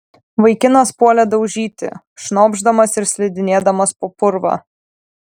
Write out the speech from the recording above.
vaikinas puolė daužyti šnopšdamas ir slidinėdamas po purvą